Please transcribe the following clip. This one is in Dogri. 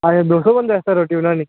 अच्छा दो सौ बंदे आस्तै रोटी बनानी